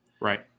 Right